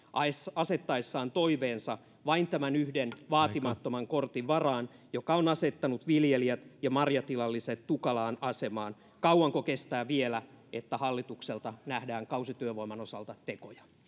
asettaessaan toiveensa vain tämän yhden vaatimattoman kortin varaan joka on asettanut viljelijät ja marjatilalliset tukalaan asemaan kauanko kestää vielä että hallitukselta nähdään kausityövoiman osalta tekoja